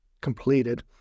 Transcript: completed